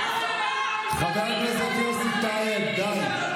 חבר הכנסת יוסי טייב, די.